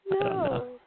No